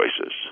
choices